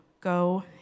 Go